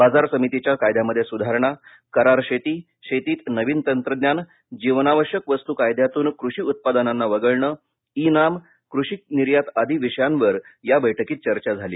बाजार समितीच्या कायद्यामध्ये सुधारणा करार शेती शेतीत नवीन तंत्रज्ञान जीवनाश्यक वस्तू कायद्यातून कृषी उत्पादनांना वगळणे ई नाम कृषी निर्यात आदी विषयांवर या बैठकीत चर्चा झाली